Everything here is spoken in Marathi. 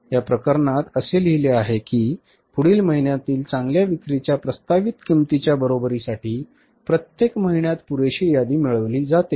या प्रकरणात असे लिहिलेले आहे की पुढील महिन्यातील चांगल्या विक्रीच्या प्रस्तावित किंमतीच्या बरोबरीसाठी प्रत्येक महिन्यात पुरेशी यादी मिळविली जाते